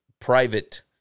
private